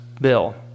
Bill